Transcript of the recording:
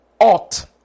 ought